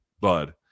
Bud